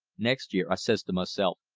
next year, i says to myself,